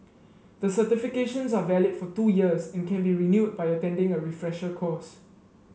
the certifications are valid for two years and can be renewed by attending a refresher course